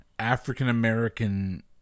African-American